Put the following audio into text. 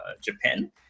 Japan